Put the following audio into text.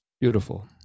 beautiful